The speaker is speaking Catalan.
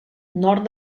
nord